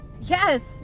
yes